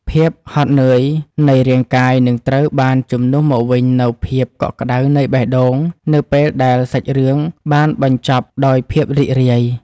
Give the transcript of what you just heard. ភាពហត់នឿយនៃរាងកាយនឹងត្រូវបានជំនួសមកវិញនូវភាពកក់ក្ដៅនៃបេះដូងនៅពេលដែលសាច់រឿងបានបញ្ចប់ដោយភាពរីករាយ។